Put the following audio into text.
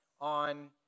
on